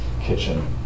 kitchen